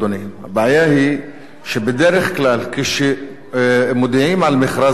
הבעיה היא שבדרך כלל כשמודיעים על מכרז חדש,